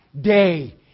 day